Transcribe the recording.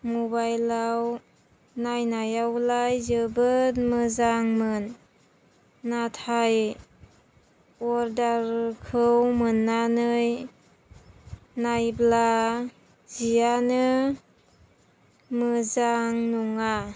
मबाइलआव नायनायावलाय जोबोद मोजांमोन नाथाय अर्दारखौ मोननानै नायब्ला जियानो मोजां नङा